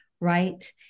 Right